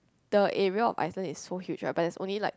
the area of Iceland is so huge right but there's only like